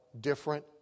different